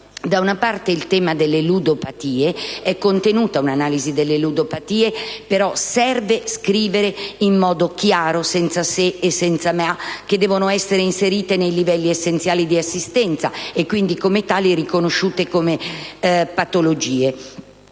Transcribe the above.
da una parte il tema delle ludopatie (è contenuta un'analisi delle ludopatie, però serve scrivere in modo chiaro, senza se e senza ma, che devono essere inserite nei livelli essenziali di assistenza, e quindi come tali riconosciute come patologie);